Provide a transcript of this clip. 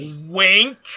Wink